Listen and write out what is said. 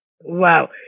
Wow